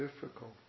difficult